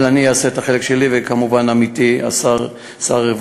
אבל אני אעשה את החלק שלי וכמובן עמיתי שר הרווחה.